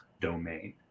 domain